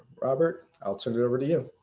robert, i'll turn it over to you.